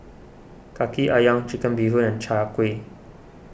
Kaki Ayam Chicken Bee Hoon and Chai Kueh